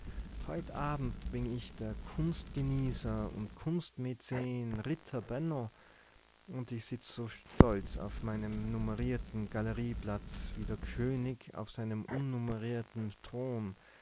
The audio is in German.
heut abend bin ich der kunstgenießer und kunstmäzen ritter benno und ich sitz so stolz auf meinem numerierten galerieplatz wie der könig auf seinem unnumerierten thron